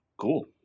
Cool